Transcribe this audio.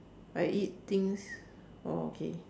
I eat things orh okay